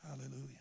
Hallelujah